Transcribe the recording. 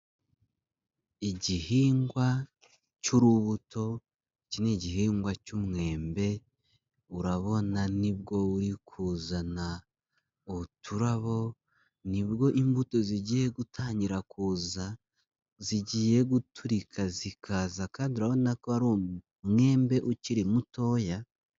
Igihingwa cy'urubuto ni igihingwa cy'mwembe, urabona nibwo uri kuzana uturabo, nibwo imbuto zigiye gutangira kuza, zigiye guturika zikaza kandi urabona ko ari umwembe ukiri mutoya.